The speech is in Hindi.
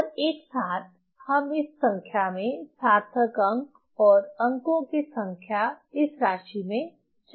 और एक साथ हम इस संख्या में सार्थक अंक और अंकों की संख्या इस राशि में 4 है